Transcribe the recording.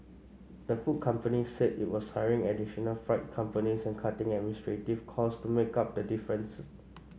the food company said it was hiring additional freight companies and cutting administrative costs to make up the difference